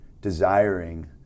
desiring